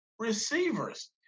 Receivers